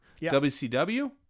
WCW